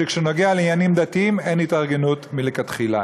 שבנוגע לעניינים דתיים אין התארגנות מלכתחילה.